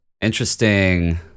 Interesting